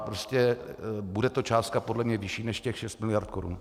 Prostě bude to částka podle mě vyšší než těch šest miliard korun.